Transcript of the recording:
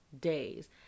days